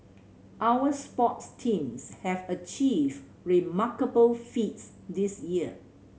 our sports teams have achieved remarkable feats this year